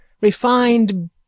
refined